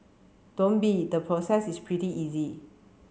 don't be the process is pretty easy